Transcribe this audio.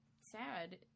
sad